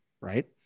right